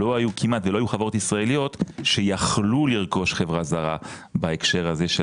כמעט ולא היו חברות ישראליות שיכלו לרכוש חברה זרה בהקשר הזה.